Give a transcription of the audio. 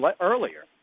earlier